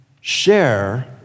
share